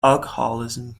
alcoholism